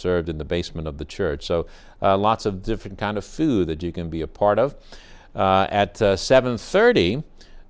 served in the basement of the church so lots of different kind of food that you can be a part of at seven thirty